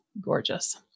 Gorgeous